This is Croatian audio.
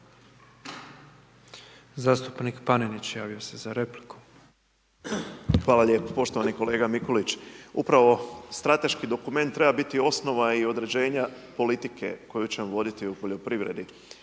za repliku. **Panenić, Tomislav (MOST)** Hvala lijepo. Poštovani kolega Mikulić, upravo strateški dokument treba biti osnova i određenja politike koju ćemo voditi u poljoprivredi.